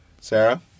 Sarah